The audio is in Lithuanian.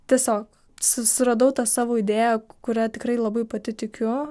tiesiog susiradau tą savo idėją kuria tikrai labai pati tikiu